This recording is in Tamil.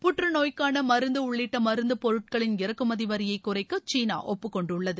புற்றுநோய்க்கான மருந்து உள்ளிட்ட மருந்து பொருட்களின் இறக்குமதி வரியை குறைக்க சீனாஒப்புக்கொண்டுள்ளது